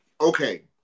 Okay